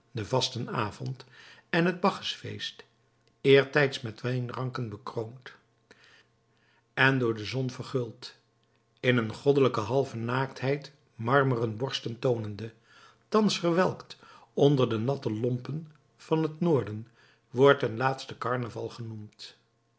den vastenavond en het bacchusfeest eertijds met wijnranken bekroond en door de zon verguld in een goddelijke halve naaktheid marmeren borsten toonende thans verwelkt onder de natte lompen van het noorden wordt ten laatste karnaval genoemd